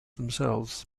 themselves